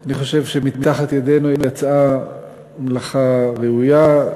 שאני חושב שמתחת ידנו יצאה מלאכה ראויה.